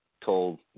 told –